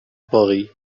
paris